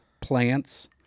plants